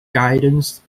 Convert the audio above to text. guidance